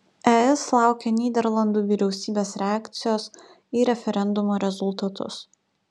es laukia nyderlandų vyriausybės reakcijos į referendumo rezultatus